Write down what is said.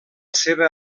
seva